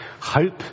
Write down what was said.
hope